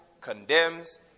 condemns